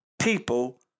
people